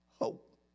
hope